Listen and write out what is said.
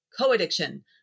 co-addiction